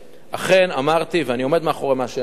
אכן אמרתי, ואני עומד מאחורי מה שאני אומר,